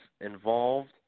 involved